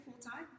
full-time